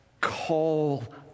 call